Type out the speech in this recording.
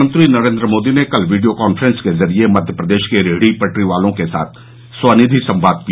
प्रधानमंत्री नरेन्द्र मोदी ने कल वीडियो कांफ्रेंस के जरिए मध्य प्रदेश के रेहडी पटरी वालों के साथ स्वनिधि संवाद किया